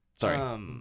Sorry